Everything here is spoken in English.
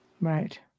Right